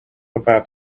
about